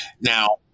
Now